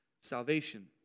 salvation